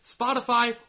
spotify